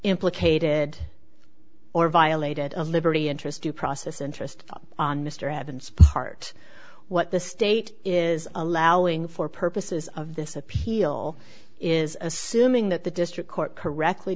implicated or violated a liberty interest due process interest on mr evans part what the state is allowing for purposes of this appeal is assuming that the district court correctly